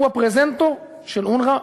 הוא הפרזנטור של אונר"א,